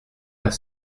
pas